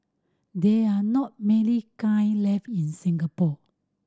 there are not many kiln left in Singapore